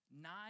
Nine